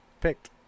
picked